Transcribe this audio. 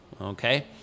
okay